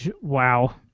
Wow